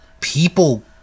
people